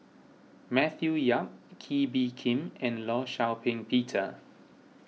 Matthew Yap Kee Bee Khim and Law Shau Ping Peter